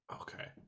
okay